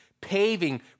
paving